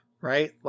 right